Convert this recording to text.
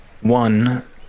one